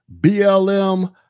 BLM